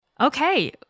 Okay